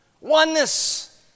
Oneness